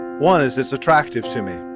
one is it's attractive to me.